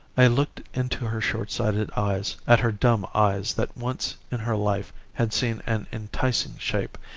i looked into her shortsighted eyes, at her dumb eyes that once in her life had seen an enticing shape,